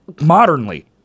Modernly